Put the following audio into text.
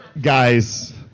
Guys